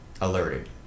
alerted